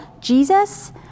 Jesus